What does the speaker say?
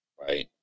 right